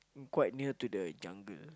quite near to the jungle